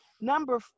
number